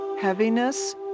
heaviness